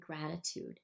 gratitude